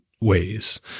ways